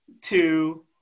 two